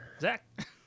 Zach